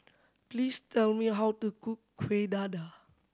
please tell me how to cook Kuih Dadar